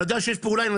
אני יודע שיש פה אנשי